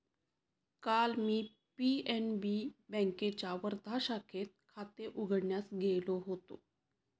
काल मी पी.एन.बी बँकेच्या वर्धा शाखेत खाते उघडण्यास गेलो होतो